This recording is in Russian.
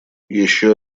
еще